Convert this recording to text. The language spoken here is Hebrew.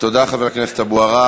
חבר הכנסת אבו עראר.